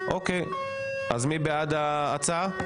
מי בעד ההצעה?